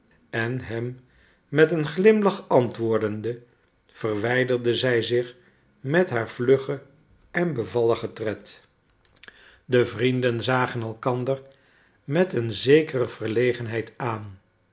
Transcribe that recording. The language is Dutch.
en hem met een glimlach antwoordende verwijderde zij zich met haar vluggen en bevalligen tred de vrienden zagen elkander met een zekere verlegenheid aan